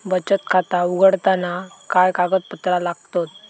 बचत खाता उघडताना काय कागदपत्रा लागतत?